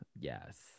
yes